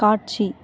காட்சி